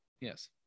Yes